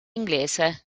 inglese